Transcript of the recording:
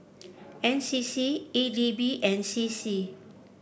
N C C E D B and C C